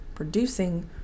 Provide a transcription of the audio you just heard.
producing